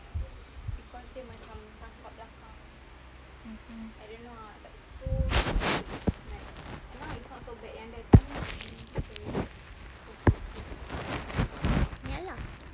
mm ya lah